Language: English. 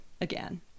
again